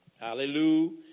Hallelujah